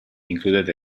included